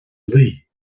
luí